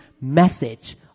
message